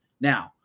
Now